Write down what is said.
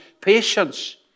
patience